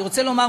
אני רוצה לומר,